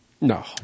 No